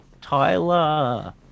Tyler